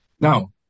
Now